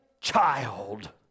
child